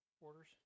orders